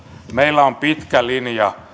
meillä on pitkä linja